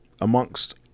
amongst